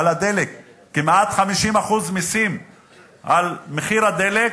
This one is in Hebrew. כמעט 50% מסים על מחיר הדלק,